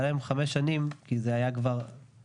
היה להם חמש שנים כי זה היה כבר בחקיקה.